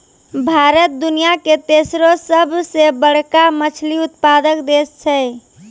भारत दुनिया के तेसरो सभ से बड़का मछली उत्पादक देश छै